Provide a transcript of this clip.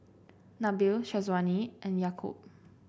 Nabil Syazwani and Yaakob